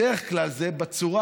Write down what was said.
בדרך כלל זה בצורה: